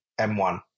M1